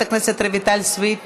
חברת הכנסת רויטל סויד